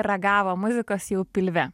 ragavo muzikos jau pilve